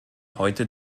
heute